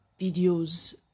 videos